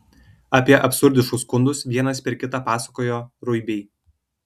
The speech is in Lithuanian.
apie absurdiškus skundus vienas per kitą pasakojo ruibiai